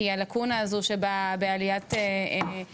כי הלקונה הזו, שבה הציבור משלם בעליית ריביות,